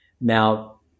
Now